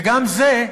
וגם זה,